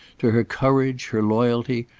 to her courage, her loyalty,